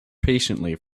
patiently